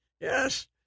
Yes